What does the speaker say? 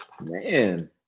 Man